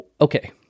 okay